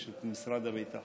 יש את משרד הביטחון,